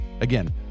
Again